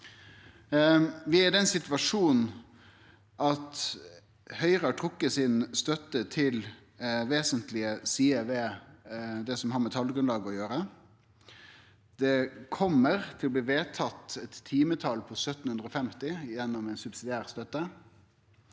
Vi er i den situasjonen at Høgre har trekt støtta til vesentlege sider ved det som har med talgrunnlaget å gjere. Det kjem til å bli vedtatt eit timetal på 1 750 gjennom subsidiær støtte.